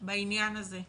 בעניין הזה.